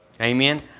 Amen